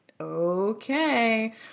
okay